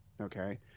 okay